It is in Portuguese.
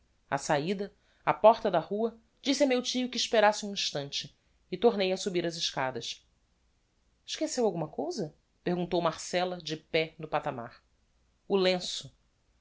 á sahida á porta da rua disse a meu tio que esperasse um instante e tornei a subir as escadas esqueceu alguma cousa perguntou marcella de pé no patamar o lenço